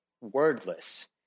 wordless